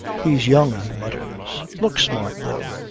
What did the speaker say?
he's young, he mutters. looks smart, though.